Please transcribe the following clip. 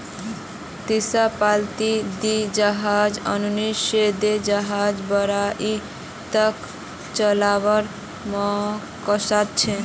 तीसरा पालीत दी हजार उन्नीस से दी हजार बाईस तक चलावार मकसद छे